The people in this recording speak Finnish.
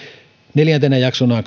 neljäntenä jaksona